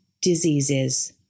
diseases